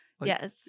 Yes